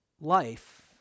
life